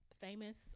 famous